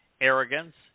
arrogance